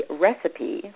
recipe